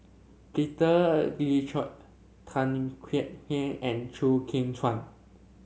Peter Tan Kek Hiang and Chew Kheng Chuan